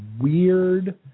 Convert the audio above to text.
weird